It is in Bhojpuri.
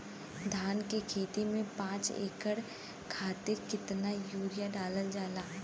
धान क खेती में पांच एकड़ खातिर कितना यूरिया डालल जाला?